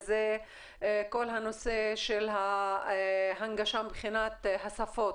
זה כל הנושא של הנגשה מבחינת השפות.